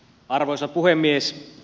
arvoisa puhemies